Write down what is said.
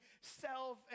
self